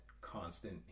constant